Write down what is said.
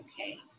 okay